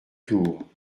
tours